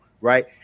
right